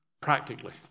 practically